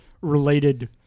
related